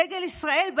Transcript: דגל ישראל,